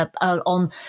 on